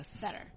Better